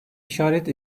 işaret